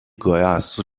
戈亚斯